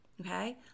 okay